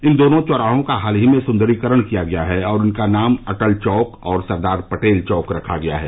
इन दोनों चौराहों का हाल ही में सुदरीकरण किया गया है और इनका नाम अटल चौक और सरदार पटेल चौक रखा गया है